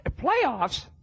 Playoffs